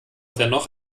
dennoch